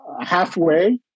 halfway